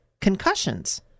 concussions